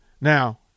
now